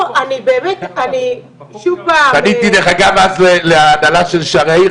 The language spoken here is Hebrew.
אני באמת --- פניתי דרך אגב להנהלה של שערי היעיר,